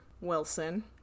Wilson